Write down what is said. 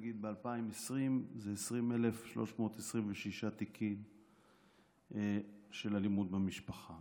נגיד שב-2020 זה 20,326 תיקים של אלימות במשפחה